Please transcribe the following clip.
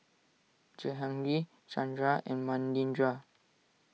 Jehangirr Chandra and Manindra